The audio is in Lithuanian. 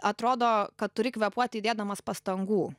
atrodo kad turi kvėpuoti įdėdamas pastangų